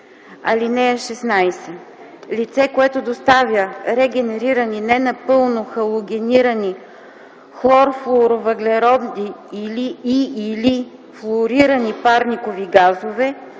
17: „(16) Лице, което доставя регенерирани ненапълно халогенирани хлорфлуорвъглеводороди и/или флуорирани парникови газове